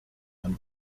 and